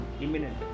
imminent